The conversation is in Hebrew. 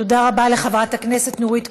תודה רבה לחברת הכנסת נורית קורן.